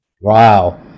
Wow